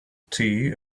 tea